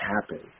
happen